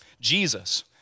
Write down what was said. Jesus